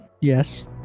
Yes